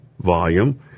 volume